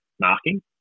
marking